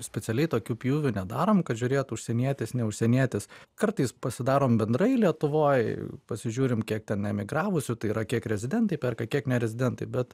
specialiai tokiu pjūvių nedarom kad žiūrėt užsienietis ne užsienietis kartais pasidarom bendrai lietuvoj pasižiūrim kiek ten emigravusių tai yra kiek rezidentai perka kiek nerezidentai bet